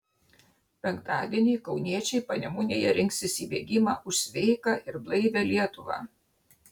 penktadienį kauniečiai panemunėje rinksis į bėgimą už sveiką ir blaivią lietuvą